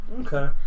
Okay